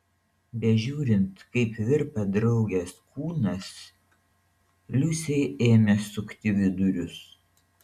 bežiūrint kaip virpa draugės kūnas liusei ėmė sukti vidurius